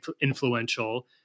influential